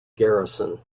garrison